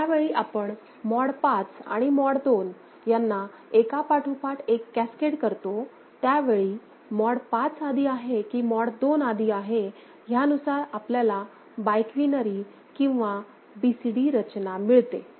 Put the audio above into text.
ज्यावेळी आपण मॉड 5 आणि मॉड 2 यांना एकापाठोपाठ एक कॅस्केड करतो त्यावेळी मॉड ५ आधी आहे की मॉड २ आधी आहे ह्यानुसार आपल्याला बाय क्वीनरी किंवा BCD रचना मिळते